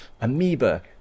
amoeba